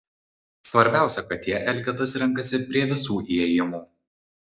svarbiausia kad tie elgetos renkasi prie visų įėjimų